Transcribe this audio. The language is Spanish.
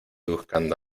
buscando